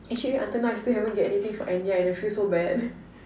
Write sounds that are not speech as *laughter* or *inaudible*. actually until now I still haven't get anything for Enya and I feel so bad *laughs*